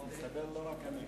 אני אתן לחברי הסיעה שלי להתיישב,